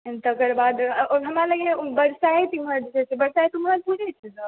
तकर बाद हमरा लागैए बरसाइत इम्हर जे चाही बरसाइत उम्हर पुजै छै सभ